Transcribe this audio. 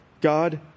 God